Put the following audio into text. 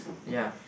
ya